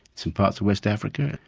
it's in parts of west africa.